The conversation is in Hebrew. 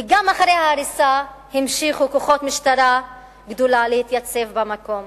וגם אחרי ההריסה המשיכו כוחות משטרה גדולים להתייצב במקום.